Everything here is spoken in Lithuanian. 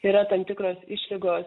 yra tam tikros išlygos